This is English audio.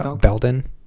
belden